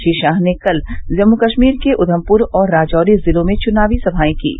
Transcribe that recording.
श्री शाह ने कल जम्मू कश्मीर के उधमपुर और राजौरी जिलों में चुनावी सभाए कीं